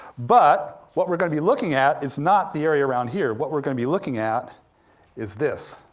but, what we're gonna be looking at is not the area around here, what we're gonna be looking at is this,